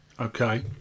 Okay